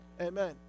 Amen